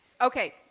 Okay